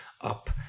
up